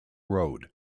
road